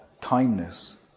kindness